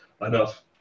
enough